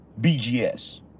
BGS